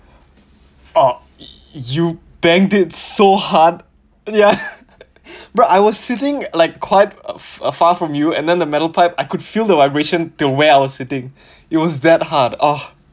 oh you banged it so hard ya but I was sitting like quite a a far from you and then the metal pipe I could feel the vibration to where I was sitting it was that hard oh